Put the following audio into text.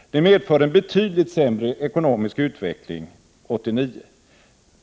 Detta medför en betydligt sämre ekonomisk utveckling 1989.